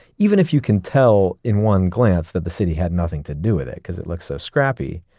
even if you can tell in one glance that the city had nothing to do with it because it looks so scrappy,